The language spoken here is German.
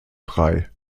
frei